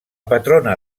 patrona